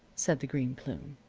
said the green plume,